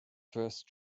first